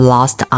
Lost